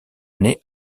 naît